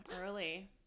early